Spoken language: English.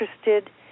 interested